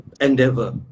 endeavor